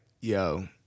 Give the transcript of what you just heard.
yo